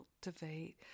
cultivate